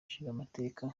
nshingamateka